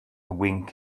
wink